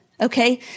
okay